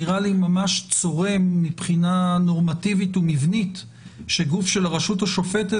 נראה לי ממש צורם מבחינה נורמטיבית ומבנית שגוף של הרשות השופטת